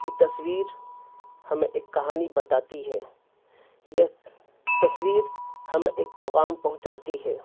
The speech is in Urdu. کہ تصویر ہمیں ایک کہانی بتاتی ہے یہ تصویر ہمیں ایک پیغام پہنچاتی ہے